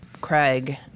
Craig